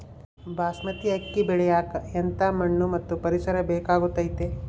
ಬಾಸ್ಮತಿ ಅಕ್ಕಿ ಬೆಳಿಯಕ ಎಂಥ ಮಣ್ಣು ಮತ್ತು ಪರಿಸರದ ಬೇಕಾಗುತೈತೆ?